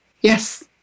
Yes